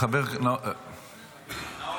חבר --- נאור.